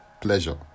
pleasure